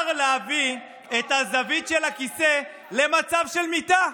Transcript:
להביא את הזווית של הכיסא למצב של מיטה,